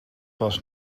was